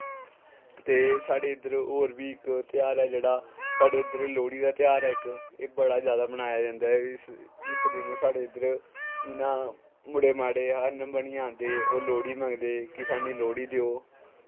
ते साढ़े इध्दर इक होर बी ध्यार ऐ जेह्ड़ा साढ़े इध्दर लोह्ड़ी दी ध्याह्र ऐ इध्दर एह् बड़ा जादा बनाया जंदा ऐ इस दिन साढ़े इध्दर जियां मुड़े मड़े हरण बनियै आंदे ओह् लोह्ड़ी मंगदे कि स्हानू लोह्ड़ी देओ